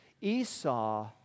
Esau